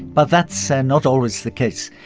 but that's so not always the case.